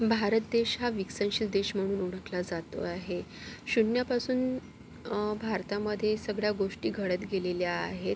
भारत देश हा विकसनशील देश म्हणून ओळखला जातो आहे शून्यापासून भारतामध्ये सगळ्या गोष्टी घडत गेलेल्या आहेत